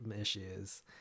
issues